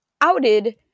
outed